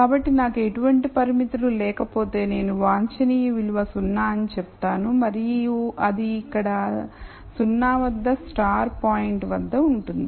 కాబట్టి నాకు ఎటువంటి పరిమితులు లేకపోతే నేను వాంఛనీయ విలువ 0 అని చెప్తాను మరియు అది ఇక్కడ 0 వద్ద స్టార్ పాయింట్ వద్ద ఉంటుంది